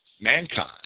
mankind